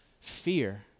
fear